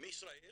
מישראל